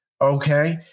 Okay